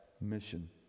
mission